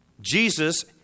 Jesus